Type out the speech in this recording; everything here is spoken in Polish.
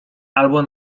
albo